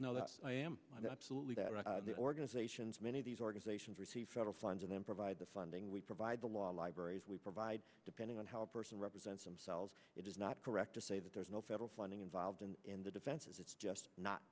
represented that i am the absolutely that the organizations many of these organizations receive federal funds and then provide the funding we provide the law libraries we provide depending on how a person represents themselves it is not correct to say that there's no federal funding involved in the defenses it's just not